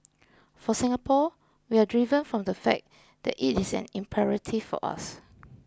for Singapore we are driven from the fact that it is an imperative for us